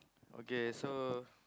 okay so